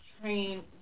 train